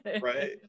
Right